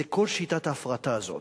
זה כל שיטת ההפרטה הזאת,